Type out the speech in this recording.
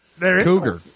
Cougar